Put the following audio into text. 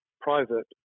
private